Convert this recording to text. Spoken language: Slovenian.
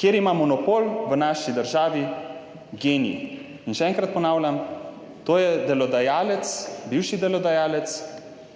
kjer ima monopol v naši državi Gen-I. In še enkrat ponavljam, to je delodajalec, bivši delodajalec